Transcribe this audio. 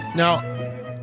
Now